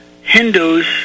Hindus